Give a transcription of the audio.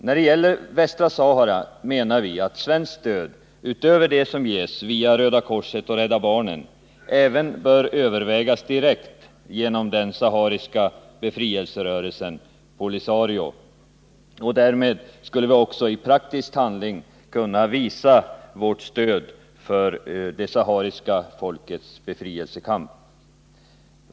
När det gäller Västra Sahara menar vi att svenskt stöd, utöver det som ges via Röda korset och Rädda barnen, även bör övervägas direkt genom den sahariska befrielserörelsen POLISARIO. Därmed skulle vi också i praktisk handling kunna visa vårt stöd för det sahariska folkets befrielsekamp.